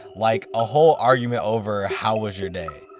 like a whole argument over, how was your day?